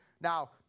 now